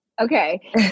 Okay